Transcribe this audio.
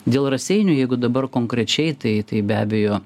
dėl raseinių jeigu dabar konkrečiai tai tai be abejo